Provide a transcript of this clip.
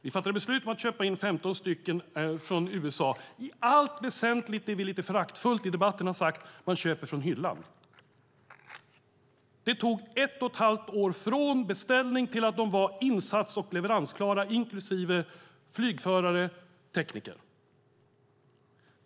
Vi beslutade att köpa 15 stycken från USA. I allt väsentligt var det vad vi i debatterna föraktfullt kallar för att köpa från hyllan. Det tog ett och ett halvt år från beställning till att de var insats och leveransklara, inklusive flygförare och tekniker.